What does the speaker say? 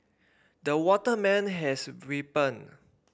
the watermelon has ripened